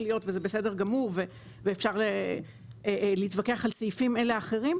להיות וזה בסדר גמור ואפשר להתווכח על סעיפים כאלה ואחרים,